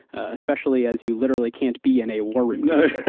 especially as you literally can't be in a war room? the